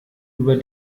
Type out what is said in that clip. über